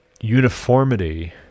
uniformity